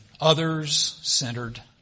others-centered